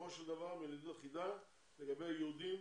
בסופו של דבר מדיניות אחידה לגבי יהודים.